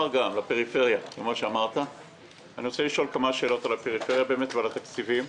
אני רוצה לשאול כמה שאלות על הפריפריה ועל התקציבים.